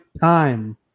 time